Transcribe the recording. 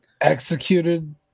executed